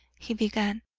he began.